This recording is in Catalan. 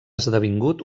esdevingut